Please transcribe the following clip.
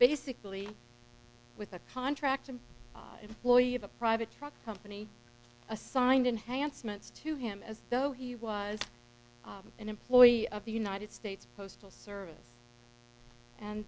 basically with a contract an employee of a private company assigned enhancements to him as though he was an employee of the united states postal service and